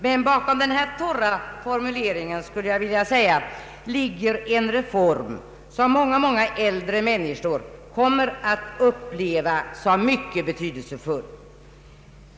Men bakom den här torra formuleringen ligger en reform som många äldre människor kommer att uppleva som mycket betydelsefull.